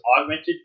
augmented